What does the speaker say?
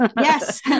Yes